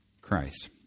Christ